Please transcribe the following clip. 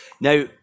Now